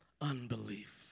Unbelief